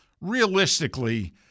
realistically